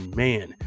man